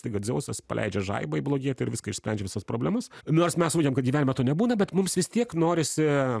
staiga dzeusas paleidžia žaibą į blogietį ir viską išsprendžia visas problemas nors mes suvokiam kad gyvenime to nebūna bet mums vis tiek norisi